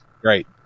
great